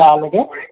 তালৈকে